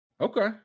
Okay